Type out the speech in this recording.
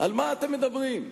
על מה אתם מדברים?